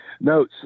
No